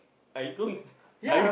are you going are you